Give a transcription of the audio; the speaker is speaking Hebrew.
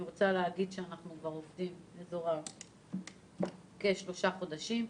אנחנו כבר עובדים כשלושה חודשים,